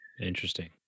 Interesting